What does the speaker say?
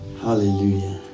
Hallelujah